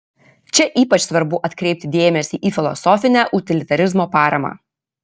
čia ypač svarbu atkreipti dėmesį į filosofinę utilitarizmo paramą